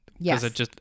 Yes